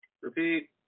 Repeat